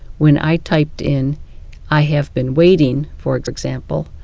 when i typed in i have been waiting, for example,